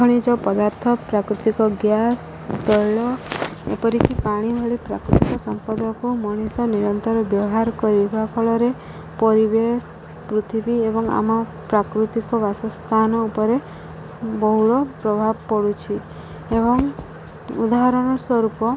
ଖଣିଜ୍ୟ ପଦାର୍ଥ ପ୍ରାକୃତିକ ଗ୍ୟାସ୍ ତୈଳ ଏପରିକି ପାଣି ଭଳି ପ୍ରାକୃତିକ ସମ୍ପଦକୁ ମଣିଷ ନିରନ୍ତର ବ୍ୟବହାର କରିବା ଫଳରେ ପରିବେଶ ପୃଥିବୀ ଏବଂ ଆମ ପ୍ରାକୃତିକ ବାସସ୍ଥାନ ଉପରେ ବହୁଳ ପ୍ରଭାବ ପଡ଼ୁଛି ଏବଂ ଉଦାହରଣ ସ୍ୱରୂପ